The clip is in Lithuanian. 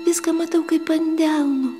viską matau kaip ant delno